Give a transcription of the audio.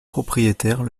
propriétaires